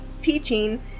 teaching